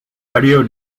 radio